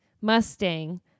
Mustang